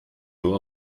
nur